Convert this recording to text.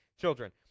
Children